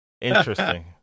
Interesting